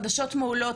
אלה חדשות מעולות,